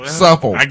supple